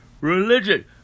religion